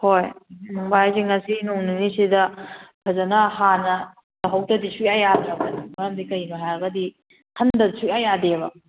ꯍꯣꯏ ꯍꯪꯕ ꯍꯥꯏꯁꯦ ꯉꯁꯤ ꯅꯣꯡ ꯅꯤꯅꯤꯁꯤꯗ ꯐꯖꯅ ꯍꯥꯟꯅ ꯇꯧꯍꯧꯗꯗꯤ ꯁꯨꯡꯌꯥ ꯌꯥꯗ꯭ꯔꯕꯅꯦ ꯃꯔꯝꯗꯤ ꯀꯩꯒꯤꯅꯣ ꯍꯥꯏꯔꯒꯗꯤ ꯈꯟꯗꯕ ꯁꯨꯡꯌꯥ ꯌꯥꯗꯦꯕ